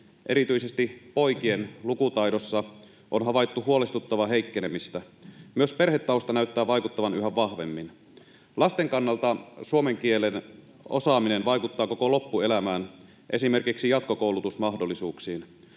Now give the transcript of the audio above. erityisesti poikien, lukutaidossa on havaittu huolestuttavaa heikkenemistä. Myös perhetausta näyttää vaikuttavan yhä vahvemmin. Lasten kannalta suomen kielen osaaminen vaikuttaa koko loppuelämään, esimerkiksi jatkokoulutusmahdollisuuksiin.